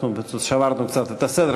אנחנו שברנו קצת את הסדר,